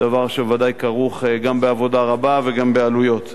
דבר שוודאי כרוך גם בעבודה רבה וגם בעלויות.